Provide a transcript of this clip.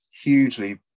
hugely